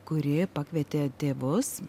kuri pakvietė tėvus